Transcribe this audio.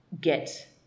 get